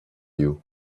you